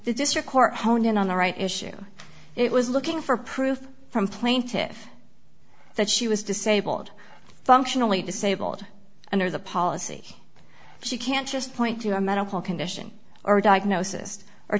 the district court honed in on the right issue it was looking for proof from plaintive that she was disabled functionally disabled under the policy she can't just point to a medical condition or a diagnosis or